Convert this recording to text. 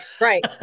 Right